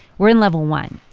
we're in level one.